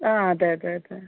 ആ അതെ അതെ അതെ